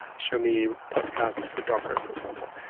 show me podcasts for docker, for example.